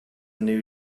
new